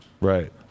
Right